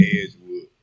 Edgewood